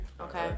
Okay